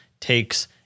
takes